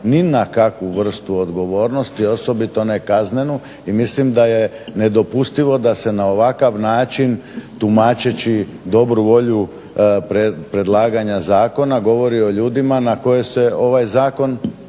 ni na kakvu vrstu odgovornosti, osobito ne kaznenu. I mislim da je nedopustivo da se na ovakav način tumačeći dobru volju predlaganja zakona govori o ljudima na koje se ovaj Zakon,